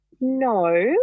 No